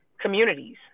communities